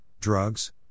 drugs